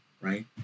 right